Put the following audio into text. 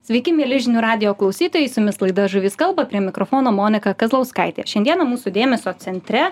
sveiki mieli žinių radijo klausytojai su jumis laida žuvys kalba prie mikrofono monika kazlauskaitė šiandieną mūsų dėmesio centre